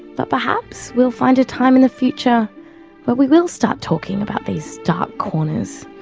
but perhaps we'll find a time in the future where we will start talking about these dark corners,